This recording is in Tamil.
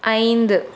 ஐந்து